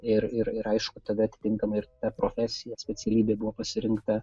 ir ir aišku tada atitinkamai ir ta profesija specialybė buvo pasirinkta